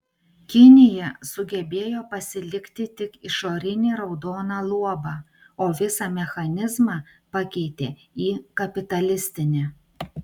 kinija sugebėjo pasilikti tik išorinį raudoną luobą o visą mechanizmą pakeitė į kapitalistinį